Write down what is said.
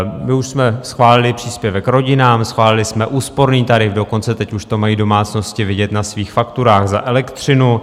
My už jsme schválili příspěvek rodinám, schválili jsme úsporný tarif, dokonce teď už to mají domácnosti vidět na svých fakturách za elektřinu.